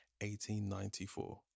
1894